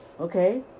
Okay